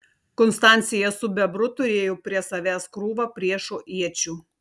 konstancija su bebru turėjo prie savęs krūvą priešo iečių